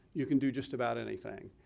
you can do just about anything.